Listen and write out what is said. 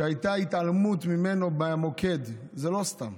שהייתה התעלמות ממנו במוקד, וזה לא סתם.